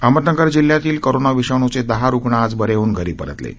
अहमदनगर जिल्ह्यातील कोरोना विषाणूचे दहा रुग्ण आज बरे होऊन घरी परतले आहेत